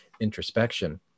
introspection